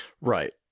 Right